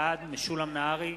בעד משולם נהרי,